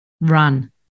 run